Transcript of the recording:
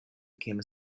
became